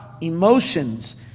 emotions